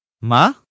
Ma